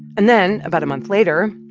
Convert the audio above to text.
and then about a month later,